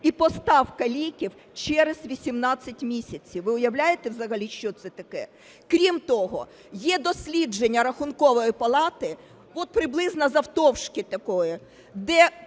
і поставка ліків через 18 місяців. Ви уявляєте взагалі, що це таке? Крім того є дослідження Рахункової палати, от приблизно завтовшки таке, де